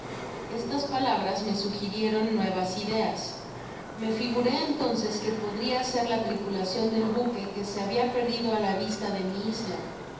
nacionestas palabras me sugirieron nuevas ideas me figuré entonces que podria ser la tripulacion del buque que se habia perdido á la vista de mi isla